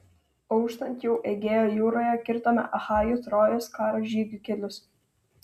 auštant jau egėjo jūroje kirtome achajų trojos karo žygių kelius